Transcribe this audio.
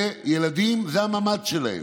הילדים, זה הממ"ד שלהם.